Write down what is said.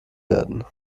werden